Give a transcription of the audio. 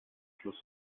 schluss